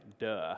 duh